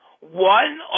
one